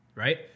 right